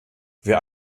wir